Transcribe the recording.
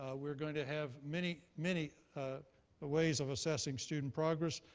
we're going to have many, many ah ways of assessing student progress.